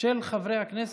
חוק